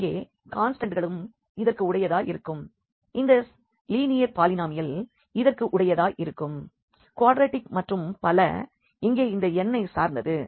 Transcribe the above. இங்கே கான்ஸ்டண்ட்களும் இதற்கு உடையதாய் இருக்கும் இந்த லீனியர் பாலினாமியல் இதற்கு உடையதாய் இருக்கும் குவாட்ரடிக் மற்றும் பல இங்கே இந்த n ஐ சார்ந்தது